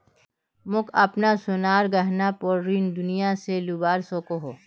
मोक अपना सोनार गहनार पोर ऋण कुनियाँ से मिलवा सको हो?